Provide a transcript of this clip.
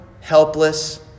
helpless